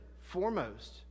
foremost